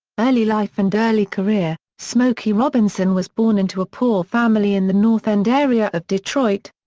early life and early career smokey robinson was born into a poor family in the north end area of detroit.